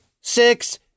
six